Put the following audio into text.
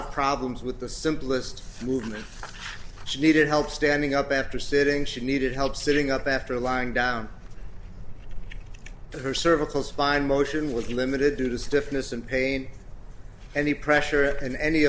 of problems with the simplest movement she needed help standing up after sitting she needed help sitting up after lying down to her cervical spine motion was limited to the stiffness and pain and the pressure and any